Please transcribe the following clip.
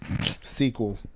Sequel